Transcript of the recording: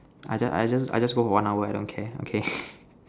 I just I just I just go for one hour I don't care okay